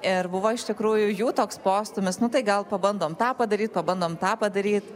ir buvo iš tikrųjų jų toks postūmis nu tai gal pabandom tą padaryt pabandom tą padaryt